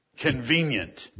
convenient